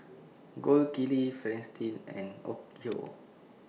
Gold Kili Fristine and Onkyo